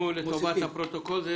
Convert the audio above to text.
אנחנו לטובת הפרוטוקול,